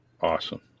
awesome